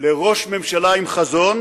לראש ממשלה עם חזון